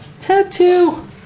Tattoo